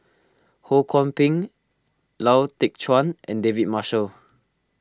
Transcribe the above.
Ho Kwon Ping Lau Teng Chuan and David Marshall